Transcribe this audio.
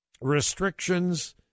restrictions